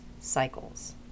cycles